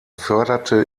förderte